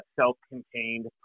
self-contained